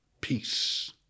peace